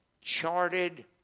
charted